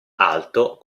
alto